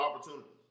opportunities